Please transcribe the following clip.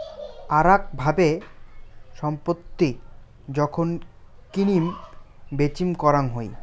আরাক ভাবে ছম্পত্তি যখন কিনিম বেচিম করাং হই